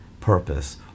purpose